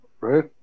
right